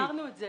העברנו את זה.